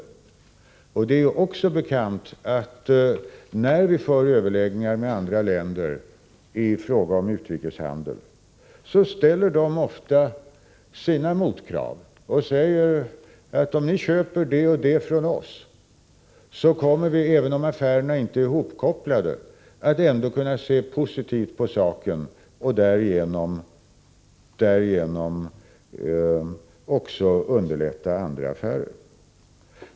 Det är också bekant att när vi för överläggningar med andra länder i fråga om utrikeshandel ställer dessa länder ofta motkrav och säger, att om ni köper det och det från oss kommer vi att — även om affärerna inte är hopkopplade — kunna se positivt på saken och därigenom också underlätta andra affärer.